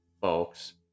folks